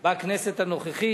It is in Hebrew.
בכנסת הנוכחית.